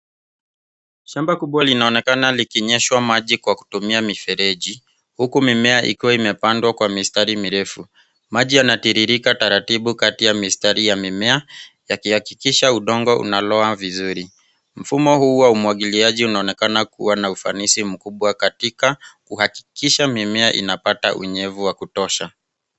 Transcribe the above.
Shamba kubwa linaonekana likinyeshwa maji kwa kutumia mifereji, huku mimea ikiwa imepandwa kwa mistari mirefu. Maji yanatiririka taratibu kati ya mistari ya mimea yakihakikisha udongo unaloa vizuri. Mfumo huo wa umwagiliaji unaonekana kua na ufanisi mkubwa katika kuhakikisha mimea unapata unyevu wa kutosha.